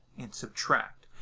and subtract.